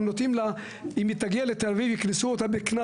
אם היא תגיע לתל אביב יקנסו אותם בקנס